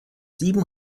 sieben